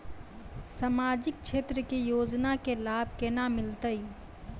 समाजिक क्षेत्र के योजना के लाभ केना मिलतै?